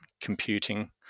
computing